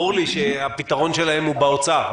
ברור לי שהפתרון שלהם הוא באוצר.